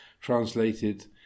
translated